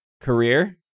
career